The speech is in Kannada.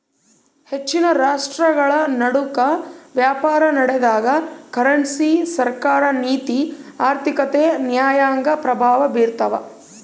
ಹೆಚ್ಚಿನ ರಾಷ್ಟ್ರಗಳನಡುಕ ವ್ಯಾಪಾರನಡೆದಾಗ ಕರೆನ್ಸಿ ಸರ್ಕಾರ ನೀತಿ ಆರ್ಥಿಕತೆ ನ್ಯಾಯಾಂಗ ಪ್ರಭಾವ ಬೀರ್ತವ